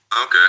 Okay